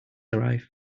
arrive